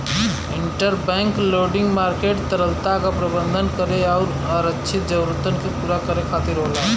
interbank lending market तरलता क प्रबंधन करे आउर आरक्षित जरूरतन के पूरा करे खातिर होला